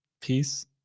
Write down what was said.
peace